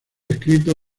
escrito